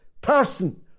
person